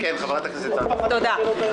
חברת הכנסת זנדברג.